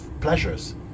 pleasures